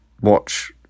watch